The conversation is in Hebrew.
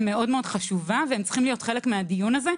מאוד חשובה והם צריכים להיות חלק מהדיון הזה.